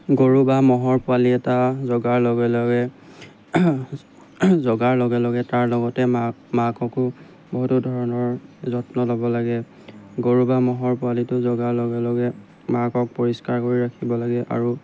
গৰু বা ম'হৰ পোৱালি এটা জগাৰ লগে লগে জগাৰ লগে লগে তাৰ লগতে মাক মাককো বহুতো ধৰণৰ যত্ন ল'ব লাগে গৰু বা ম'হৰ পোৱালিটো জগাৰ লগে লগে মাকক পৰিষ্কাৰ কৰি ৰাখিব লাগে আৰু